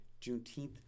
Juneteenth